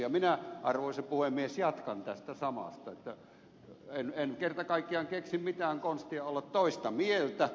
ja minä arvoisa puhemies jatkan tästä samasta että en kerta kaikkiaan keksi mitään konstia olla toista mieltä